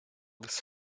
this